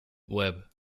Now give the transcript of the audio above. web